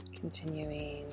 continuing